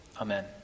Amen